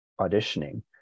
auditioning